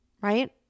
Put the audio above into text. right